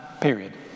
period